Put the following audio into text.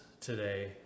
today